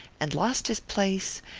and lost his place,